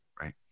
right